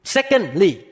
Secondly